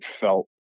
felt